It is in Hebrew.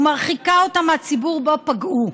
ומרחיקה אותם מהציבור שבו פגעו,